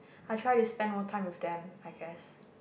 I try to spend more time with them I guess